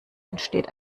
entsteht